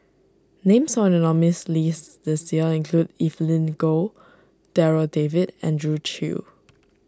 names found in the nominees' list this year include Evelyn Goh Darryl David Andrew Chew